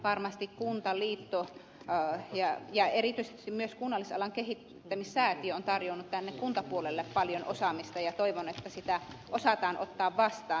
varmasti kuntaliitto ja erityisesti myös kunnallisalan kehittämissäätiö ovat tarjonneet tänne kuntapuolelle paljon osaamista ja toivon että sitä osataan ottaa vastaan